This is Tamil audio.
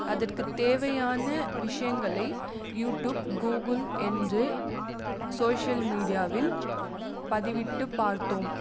அதற்கு தேவையான விஷயங்களை யூடியூப் கூகுள் என்று சோசியல் மீடியாவில் பதிவிட்டு பார்த்தோம்